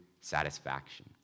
satisfaction